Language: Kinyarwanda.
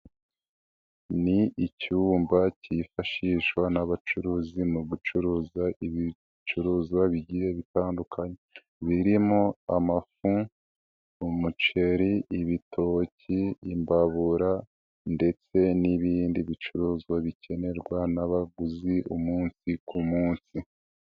Ni icyumba cyifashishwa n'abacuruzi mu gucuruza ibicuruzwa bigiye bitandukanye birimo amafu, umuceri, ibitoki, imbabura, ndetse n'ibindi bicuruzwa bikenerwa n'abaguzi umunsi ku munsi.